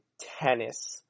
tennis